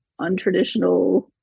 untraditional